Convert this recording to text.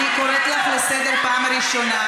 אני קוראת אותך לסדר פעם ראשונה.